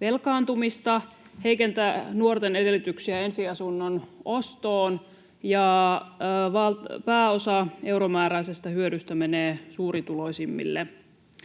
velkaantumista ja heikentää nuorten edellytyksiä ensiasunnon ostoon, ja pääosa euromääräisestä hyödystä menee suurituloisimmille.